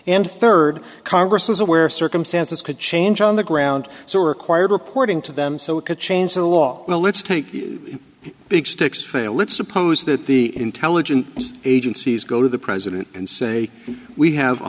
and third congress was aware circumstances could change on the ground so required reporting to them so it could change the law well let's take the big sticks fair let's suppose that the intelligence agencies go to the president and say we have